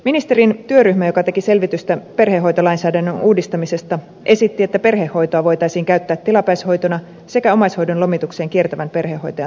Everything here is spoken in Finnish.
ministerin työryhmä joka teki selvitystä perhehoitolainsäädännön uudistamisesta esitti että perhehoitoa voitaisiin käyttää tilapäishoitona sekä omaishoidon lomitukseen kiertävän perhehoitajan toimesta